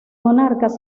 monarcas